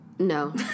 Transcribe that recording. No